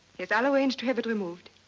yes, i'll arrange to have it removed.